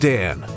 Dan